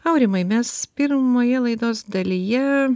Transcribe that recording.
aurimai mes pirmoje laidos dalyje